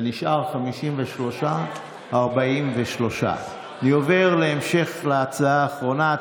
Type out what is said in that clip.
זה נשאר 53 43. אני עובר להצעה האחרונה,